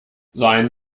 sein